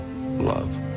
love